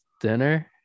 dinner